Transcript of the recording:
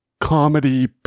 comedy